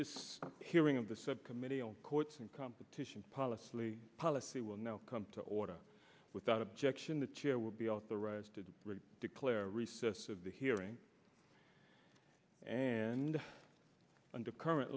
this hearing of the subcommittee on courts and competition policy policy will now come to order without objection the chair will be authorized to declare recess of the hearing and under current